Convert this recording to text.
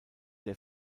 der